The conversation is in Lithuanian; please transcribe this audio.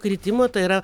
kritimo yra